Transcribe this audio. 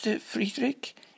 Friedrich